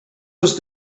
was